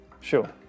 Sure